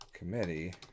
committee